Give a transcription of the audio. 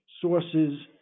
sources